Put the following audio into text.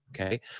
Okay